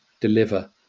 deliver